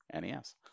nes